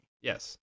Yes